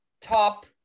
top